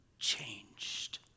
changed